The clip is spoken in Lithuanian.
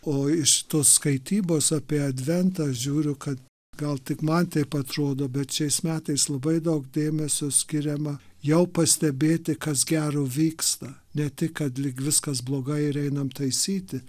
o iš tos skaitybos apie adventą aš žiūriu kad gal tik man taip atrodo bet šiais metais labai daug dėmesio skiriama jau pastebėti kas gero vyksta ne tik kad lyg viskas blogai ir einam taisyti